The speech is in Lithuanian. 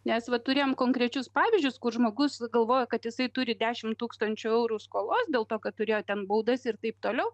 nes va turėjom konkrečius pavyzdžius kur žmogus galvoja kad jisai turi dešim tūkstančių eurų skolos dėl to kad turėjo ten baudas ir taip toliau